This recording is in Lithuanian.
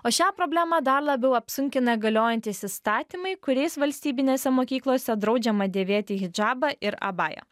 o šią problemą dar labiau apsunkina galiojantys įstatymai kuriais valstybinėse mokyklose draudžiama dėvėti hidžabą ir abają